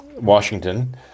Washington